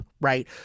Right